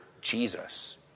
Jesus